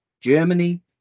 Germany